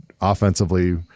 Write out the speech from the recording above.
offensively